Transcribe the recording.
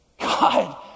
God